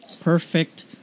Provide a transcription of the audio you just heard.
perfect